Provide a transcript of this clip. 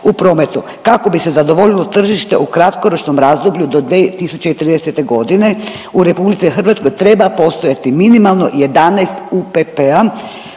u prometu kako bi se zadovoljilo tržište u kratkoročnom razdoblju do 2030.g. u RH treba postojati minimalno 11 UPP-a